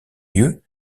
lieu